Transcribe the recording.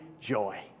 joy